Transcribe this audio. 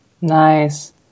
Nice